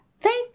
Thank